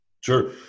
Sure